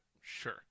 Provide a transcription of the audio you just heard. Sure